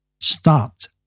stopped